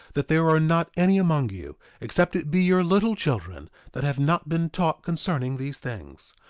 that there are not any among you, except it be your little children that have not been taught concerning these things,